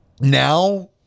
now